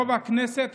רוב הכנסת,